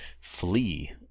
flee